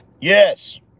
Yes